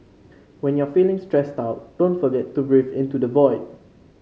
when you are feeling stressed out don't forget to breathe into the void